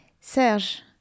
Serge